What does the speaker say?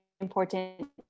important